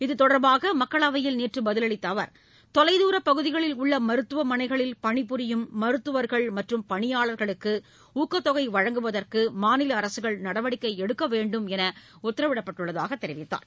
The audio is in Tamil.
இத்தொடர்பாக மக்களவையில் நேற்று பதிலளித்த அவர் தொலைதூர பகுதிகளில் உள்ள மருத்துவமனைகளில் பணிபுரியும் மருத்துவர்கள் மற்றும் பணியாளர்களுக்கு ஊக்கத்தொகை வழங்குவதற்கு மாநில அரசுகள் நடவடிக்கை எடுக்க வேண்டும் என்று உத்தரவிடப்பட்டுள்ளதாக கூறினார்